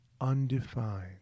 undefined